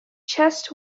chest